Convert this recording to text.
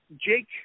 Jake